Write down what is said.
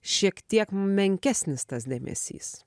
šiek tiek menkesnis tas dėmesys